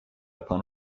upon